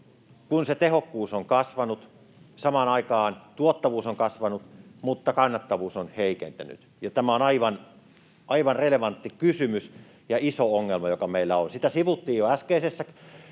kun tehokkuus on kasvanut, tuottavuus on kasvanut, mutta kannattavuus on heikentynyt, ja tämä on aivan relevantti kysymys ja iso ongelma, joka meillä on. Tätä samaista asiaa sivuttiin jo äskeisessä